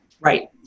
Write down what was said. right